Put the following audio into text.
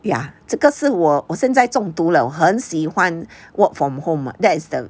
ya 这个是我现在中毒了很喜欢 work from home that's the